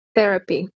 Therapy